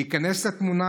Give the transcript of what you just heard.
להיכנס לתמונה,